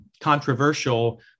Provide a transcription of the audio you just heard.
controversial